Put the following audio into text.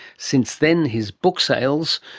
since then his book sales,